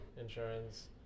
insurance